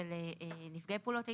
אצל נפגעי פעולות איבה,